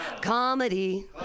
comedy